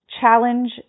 challenge